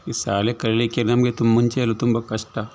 ಈ ಶಾಲೆ ಕಲಿಯಲಿಕ್ಕೆ ನಮಗೆ ತು ಮುಂಚೆ ಎಲ್ಲ ತುಂಬ ಕಷ್ಟ